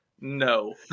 no